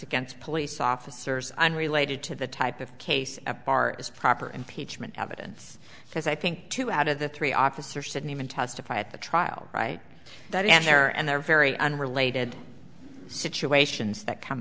against police officers unrelated to the type of case a bar is proper impeachment evidence because i think two out of the three officers said name and testify at the trial right that and there and there are very unrelated situations that come